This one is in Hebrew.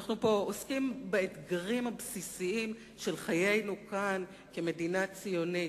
אנחנו עוסקים פה באתגרים הבסיסיים של חיינו כאן כמדינה ציונית,